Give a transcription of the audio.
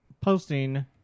posting